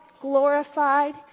glorified